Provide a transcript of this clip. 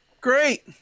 great